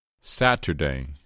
Saturday